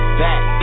back